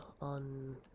on